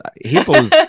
hippos